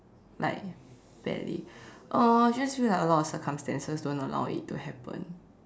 like barely uh I just feel like a lot of circumstances don't allow it to happen